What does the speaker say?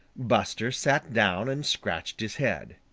buster sat down and scratched his head.